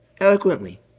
Eloquently